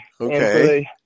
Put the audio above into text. Okay